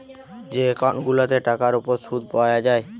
যে একউন্ট গুলাতে টাকার উপর শুদ পায়া যায়